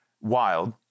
wild